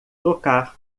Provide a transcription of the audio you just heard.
tocar